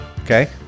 Okay